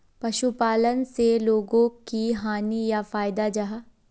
पशुपालन से लोगोक की हानि या फायदा जाहा?